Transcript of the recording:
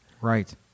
Right